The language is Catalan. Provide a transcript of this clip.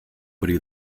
bri